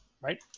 right